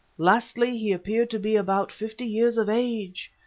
lastly, he appeared to be about fifty years of age.